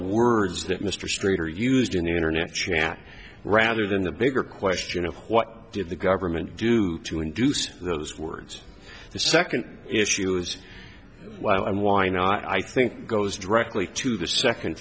words that mr streeter used in the internet chat rather than the bigger question of what did the government do to induce those words the second issue is why i mean why now i think goes directly to the second